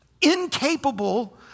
incapable